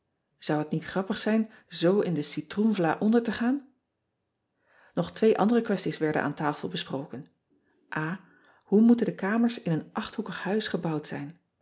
ou het niet grappig zijn zoo in de citroenvla onder te gaan og twee andere kwesties werden aan tafel besproken oe moeten de kamers in een achthoekig huis gebouwd zijn